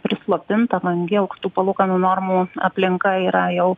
prislopinta man gelk tų palūkanų normų aplinka yra jau